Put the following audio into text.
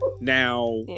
Now